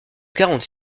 quarante